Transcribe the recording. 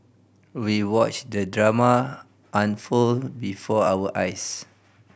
we watched the drama unfold before our eyes